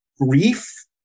grief